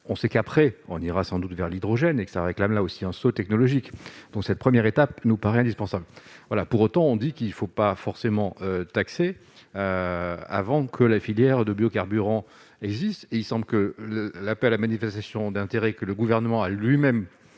on sait qu'après on ira sans doute vers l'hydrogène et que ça réclame là aussi en saut technologique dans cette première étape nous paraît indispensable, voilà, pour autant, on dit qu'il ne faut pas forcément taxés avant que la filière de biocarburants existe et il semble que l'appel à manifestation d'intérêt que le gouvernement a lui-même